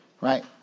Right